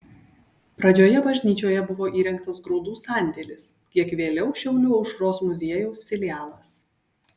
pradžioje bažnyčioje buvo įrengtas grūdų sandėlis kiek vėliau šiaulių aušros muziejaus filialas